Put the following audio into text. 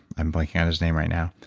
i'm blanking on his name right now,